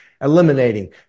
eliminating